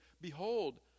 Behold